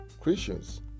Christians